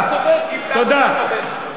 אם כך, אתה צודק.